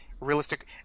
realistic